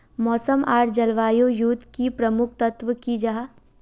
मौसम आर जलवायु युत की प्रमुख तत्व की जाहा?